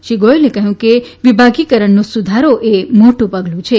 શ્રી ગોયેલે કહ્યું કે વિભાગીકરણનો સુધારો એ મોટું પગલું છે